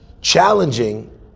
challenging